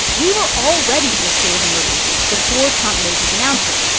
we were already in a state of emergency before trump made his announcement.